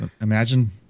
imagine